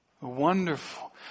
wonderful